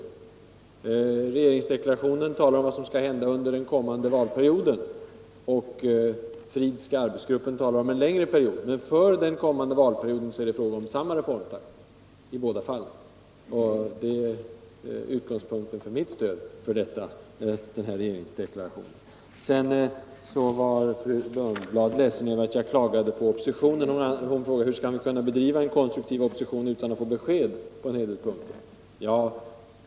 Regeringsdeklarationen talar om vad som skall hända under den kommande valperioden, medan den Fridhska arbetsgruppen behandlar vad som skall ske under en längre period. Men för den kommande valperioden är det fråga om samma reformtakt i båda fallen. Det är utgångspunkten för mitt stöd till regeringsdeklarationen i detta avseende. Fru Lundblad var vidare ledsen över att jag klagade på oppositionen. Hon frågade: Hur skall vi kunna bedriva en konstruktiv opposition utan att få besked på olika punkter?